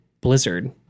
Blizzard